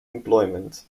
employment